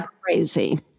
crazy